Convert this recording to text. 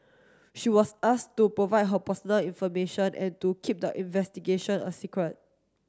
she was ask to provide her personal information and to keep the investigation a secret